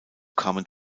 kamen